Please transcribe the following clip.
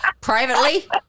Privately